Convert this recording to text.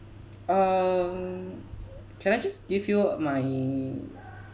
um can I just give you my